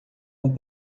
uma